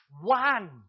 one